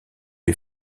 est